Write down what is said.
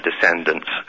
descendants